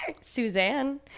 Suzanne